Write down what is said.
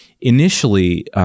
initially